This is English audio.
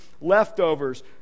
leftovers